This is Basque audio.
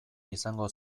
izango